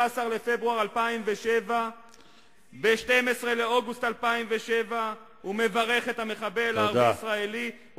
16 בפברואר 2007. ב-12 באוגוסט 2007 הוא מברך את המחבל הערבי-ישראלי.